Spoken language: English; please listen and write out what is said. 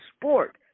sport